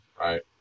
right